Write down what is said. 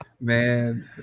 man